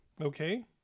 Okay